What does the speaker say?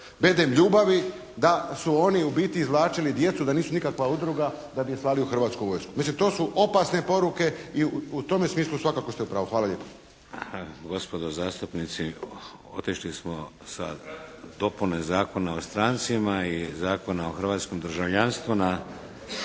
Bedem ljubavi da su oni u biti izvlačili djecu, da nisu nikakva udruga da bi je slali u Hrvatsku vojsku. Mislim, to su opasne poruke i u tome smislu svakako ste u pravu. Hvala lijepa.